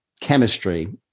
chemistry